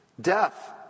death